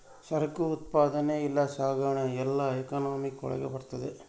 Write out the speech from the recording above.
ಸರಕು ಉತ್ಪಾದನೆ ಇಲ್ಲ ಸಾಗಣೆ ಎಲ್ಲ ಎಕನಾಮಿಕ್ ಒಳಗ ಬರ್ತದೆ